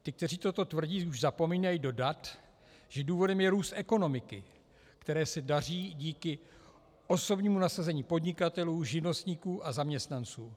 Ti, kteří toto tvrdí, už zapomínají dodat, že důvodem je růst ekonomiky, které se daří díky osobnímu nasazení podnikatelů, živnostníků a zaměstnanců.